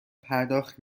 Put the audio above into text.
پرداخت